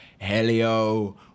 Helio